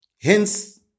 Hence